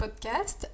podcast